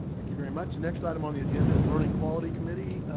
thank you very much. next item on the agenda is learning quality committee.